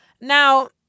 Now